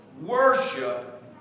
worship